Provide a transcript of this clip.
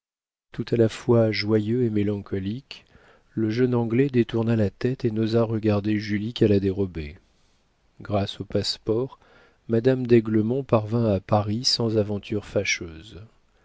tout à la fois joyeux et mélancolique le jeune anglais détourna la tête et n'osa regarder julie qu'à la dérobée grâce au passe-port madame d'aiglemont parvint à paris sans aventure fâcheuse